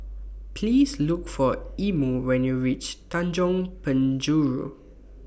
Please Look For Imo when YOU REACH Tanjong Penjuru